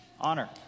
Honor